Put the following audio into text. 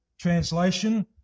translation